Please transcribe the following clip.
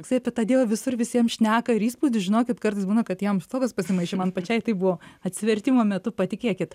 jisai apie tą dievą visur visiems šneka ir įspūdis žinokit kartais būna kad jam stogas pasimaišė man pačiai tai buvo atsivertimo metu patikėkit